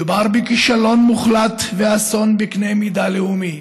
מדובר בכישלון מוחלט ואסון בקנה מידה לאומי.